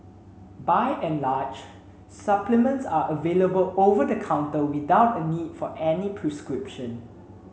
by and large supplements are available over the counter without a need for any prescription